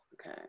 okay